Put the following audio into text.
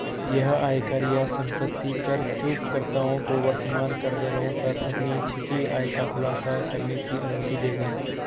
यह आयकर या संपत्ति कर चूककर्ताओं को वर्तमान करदरों पर अपनी छिपी आय का खुलासा करने की अनुमति देगा